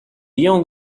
young